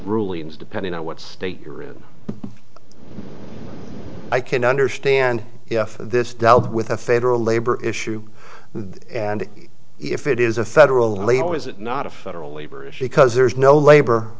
rulings depending on what state you're in i can understand if this dealt with a federal labor issue the and if it is a federal label is it not a federal labor issue because there's no labor